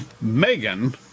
Megan